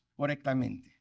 correctamente